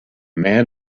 man